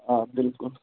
آ بِلکُل